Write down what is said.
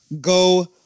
go